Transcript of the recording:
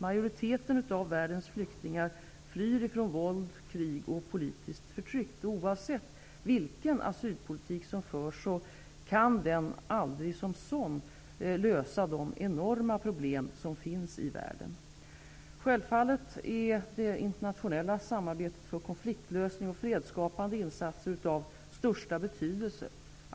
Majoriteten av världens flyktingar flyr från våld, krig och politiskt förtryck. Oavsett vilken asylpolitik som förs kan den aldrig som sådan lösa de enorma problem som finns i världen. Självfallet är det internationella samarbetet för konfliktlösning och fredsskapande insatser av största betydelse.